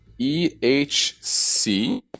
EHC